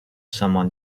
someone